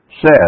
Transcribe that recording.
says